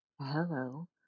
hello